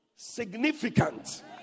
Significant